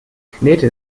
knete